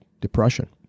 depression